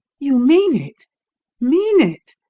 you mean it mean it?